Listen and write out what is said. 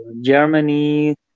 Germany